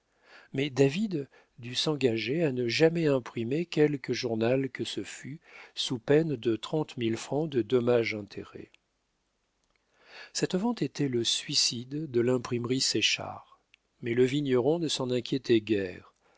mais david dut s'engager à ne jamais imprimer quelque journal que ce fût sous peine de trente mille francs de dommages-intérêts cette vente était le suicide de l'imprimerie séchard mais le vigneron ne s'en inquiétait guère